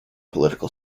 political